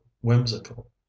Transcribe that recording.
whimsical